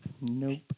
Nope